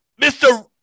Mr